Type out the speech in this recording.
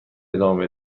ادامه